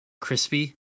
crispy